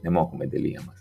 nemokamai dalijamas